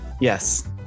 Yes